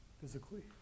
physically